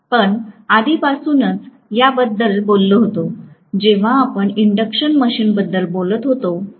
आपण आधीपासूनच याबद्दल बोललो होतो जेव्हा आपण इंडक्शन मशीनबद्दल बोलत होतो तेव्हा